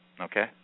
okay